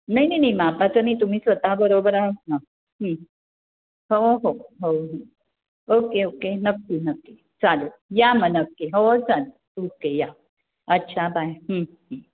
नाही नाही नाही मापाचं नाही तुम्ही स्वतः बरोबर आहात ना हो हो हो ओके ओके नक्की नक्की चालेल या मग नक्की हो चालेल ओके या अच्छा बाय